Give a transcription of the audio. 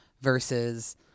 versus